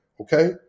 Okay